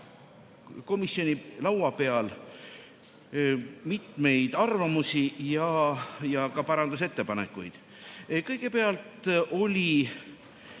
komisjoni laua peal mitmeid arvamusi ja ka parandusettepanekuid. Kõigepealt oli